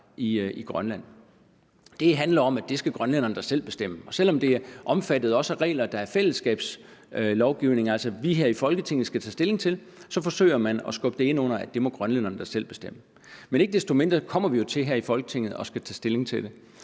i Grønland. Det handler om, at det skal grønlænderne da selv bestemme. Og selv om det også er omfattet af regler, der er en del af selskabslovgivningen – altså som vi her i Folketinget skal tage stilling til – forsøger man at skubbe det ind under det synspunkt, at det må grønlænderne da selv bestemme. Men ikke desto mindre kommer vi jo her i Folketinget til at tage stilling til det.